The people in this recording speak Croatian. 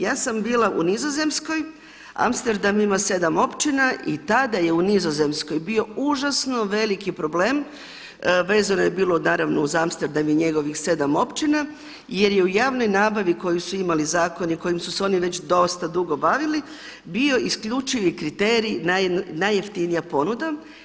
Ja sam bila u Nizozemskoj, Amsterdam ima 7 općina i tada je Nizozemskoj bio užasno veliki problem, vezano je bilo naravno uz Amsterdam i njegovih 7 općina jer je u javnoj nabavi koju su imali zakoni, kojima su se oni već dosta dugo bavili, bio isključivi kriterij najeftinija ponuda.